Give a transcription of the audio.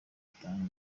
atatu